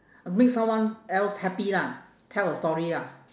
uh make someone else happy lah tell a story ah